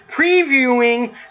previewing